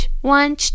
one